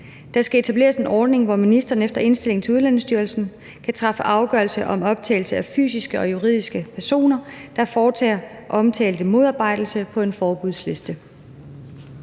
Der skal etableres en ordning, hvor ministeren efter indstilling fra Udlændingestyrelsen kan træffe afgørelse om optagelse af fysiske og juridiske personer, der foretager omtalte modarbejdelse, på en forbudsliste.